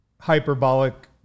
hyperbolic